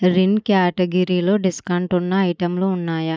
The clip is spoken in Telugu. రిన్ క్యాటగరీలో డిస్కౌంట్ ఉన్న ఐటెంలు ఉన్నాయా